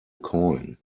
coin